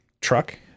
truck